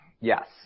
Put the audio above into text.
yes